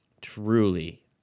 truly